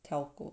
跳过